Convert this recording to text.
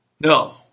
No